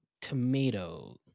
Tomato